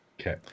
Okay